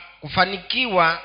kufanikiwa